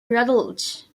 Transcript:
rutledge